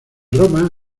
roma